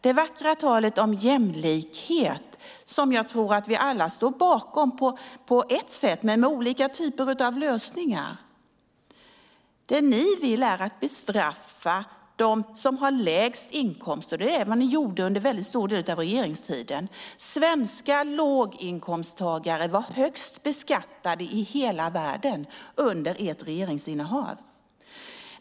Vi står alla bakom det vackra talet om jämlikhet, men vi har olika lösningar. Det ni vill är att bestraffa dem som har lägst inkomst. Det gjorde ni under stor del av er regeringstid. Svenska låginkomsttagare var högst beskattade i hela världen under ert regeringsinnehav.